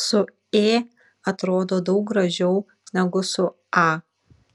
su ė atrodo daug gražiau negu su a